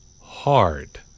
hard